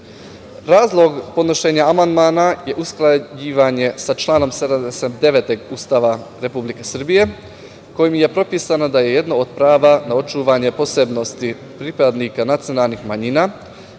Razlog podnošenja amandmana je usklađivanje sa članom 79. Ustava Republike Srbije kojim je propisano da je jedno od pravo na očuvanje posebnosti pripadnika nacionalnih manjina